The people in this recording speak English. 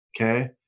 okay